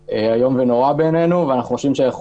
זה איום ונורא בעינינו ואנחנו חושבים שלכל